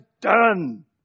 done